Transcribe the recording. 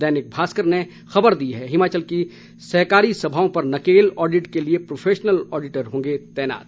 दैनिक भास्कर ने खबर दी है हिमाचल की सहकारी सभाओं पर नकेल ऑडिट के लिए प्रोफेशनल ऑडिटर होंगे तैनात